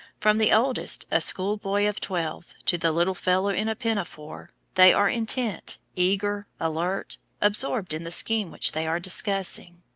from the oldest, a school-boy of twelve, to the little fellow in a pinafore, they are intent, eager, alert absorbed in the scheme which they are discussing.